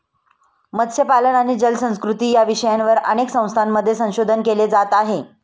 मत्स्यपालन आणि जलसंस्कृती या विषयावर अनेक संस्थांमध्ये संशोधन केले जात आहे